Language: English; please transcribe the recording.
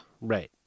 Right